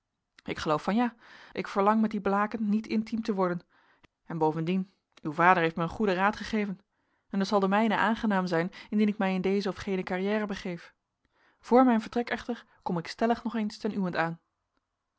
ik geloof van ja ik verlang met die blaeken niet intiem te worden en bovendien uw vader heeft mij een goeden raad gegeven en het zal den mijnen aangenaam zijn indien ik mij in deze of gene carrière begeef voor mijn vertrek echter kom ik stellig nog eens ten uwent aan